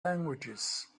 languages